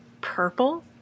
Purple